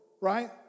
right